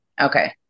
Okay